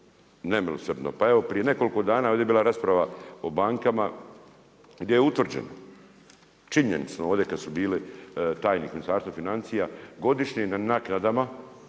nemilosrdno. Pa evo prije nekoliko dana, ovdje je bila rasprava o bankama, gdje je utvrđeno, činjenica ovdje kad su bili tajnik Ministarstva financija, godišnjim naknadama